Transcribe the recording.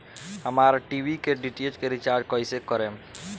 हमार टी.वी के डी.टी.एच के रीचार्ज कईसे करेम?